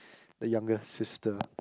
the younger sister